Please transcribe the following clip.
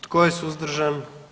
Tko je suzdržan?